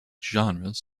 genres